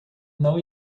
não